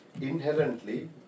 Inherently